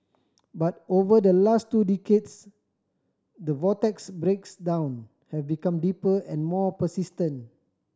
but over the last two decades the vortex have become deeper and more persistent